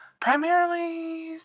primarily